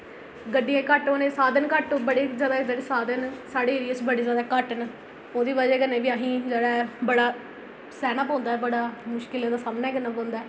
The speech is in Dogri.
गड्डियां घट्ट होने दे साधन घट्ट बड़े जैदा जेह्ड़े साधन न साढ़े एरिए च बड़े जैदा घट्ट न ओह्दी वजह् कन्नै बी असें ई जेह्ड़ा ऐ बड़ा सैह्ना पौंदा ऐ बड़ा मुश्कलें दा सामना करना पौंदा ऐ